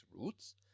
roots